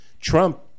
Trump